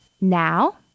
Now